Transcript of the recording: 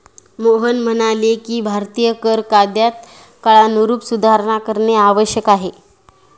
मोहन म्हणाले की भारतीय कर कायद्यात काळानुरूप सुधारणा करणे आवश्यक आहे